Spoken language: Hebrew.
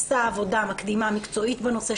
עשה עבודה מקדימה מקצועית בנושא,